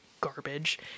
garbage